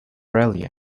australia